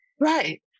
Right